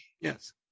yes